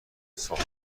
صاحب